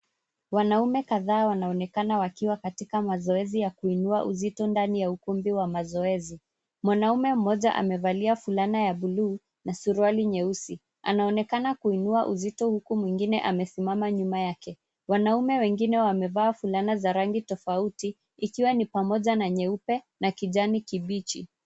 Wanaume kadhaa wanaonekana wakiwa katika mazoezi kuinua uzito ndani ya ukumbi wa mazoezi. Mwanaume mmoja amevalia vulana ya bluu na suruali nyeusi anaonekana kuinua uzito huku mwingine amesimama nyuma yake. Mwanaume wengine wamevaa vulana za rangi tofauti ikiwa ni pamoja na nyeupe na kijani kibichi.